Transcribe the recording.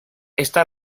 esta